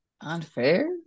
Unfair